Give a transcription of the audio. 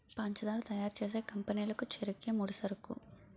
పంచదార తయారు చేసే కంపెనీ లకు చెరుకే ముడిసరుకు